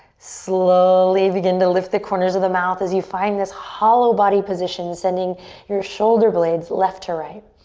slowly begin to lift the corners of the mouth as you find this hollow body position, sending your shoulder blades left to right.